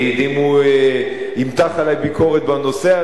אם הוא ימתח עלי ביקורת בנושא הזה,